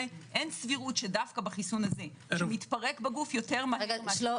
אין סבירות שדווקא בחיסון הזה יהיו השפעות.